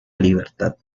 libertad